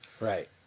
Right